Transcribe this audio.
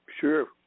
Sure